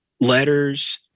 letters